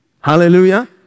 Hallelujah